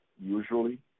usually